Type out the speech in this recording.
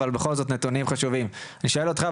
אני שואל אותך,